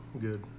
good